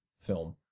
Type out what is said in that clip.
film